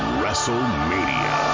Wrestlemania